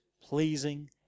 pleasing